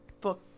book